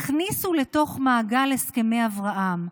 הכניסו לתוך מעגל הסכמי אברהם.